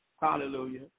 Hallelujah